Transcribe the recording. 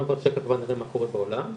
נעבור שקף ונראה מה קורה בעולם.